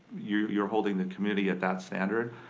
you're you're holding the community at that standard.